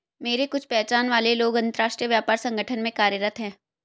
मेरे कुछ पहचान वाले लोग अंतर्राष्ट्रीय व्यापार संगठन में कार्यरत है